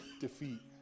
defeat